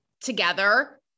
together